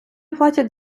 платять